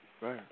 Right